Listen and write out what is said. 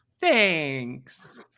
Thanks